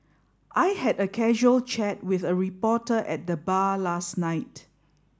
I had a casual chat with a reporter at the bar last night